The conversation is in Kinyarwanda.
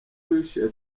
karrueche